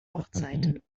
hochzeiten